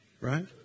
right